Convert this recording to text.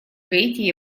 гаити